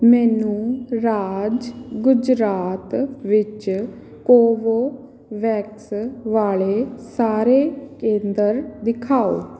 ਮੈਨੂੰ ਰਾਜ ਗੁਜਰਾਤ ਵਿੱਚ ਕੋਵੋਵੈਕਸ ਵਾਲੇ ਸਾਰੇ ਕੇਂਦਰ ਦਿਖਾਓ